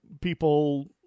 people